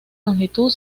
longitud